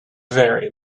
very